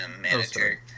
manager